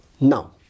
now